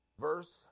Verse